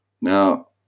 Now